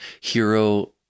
hero